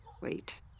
wait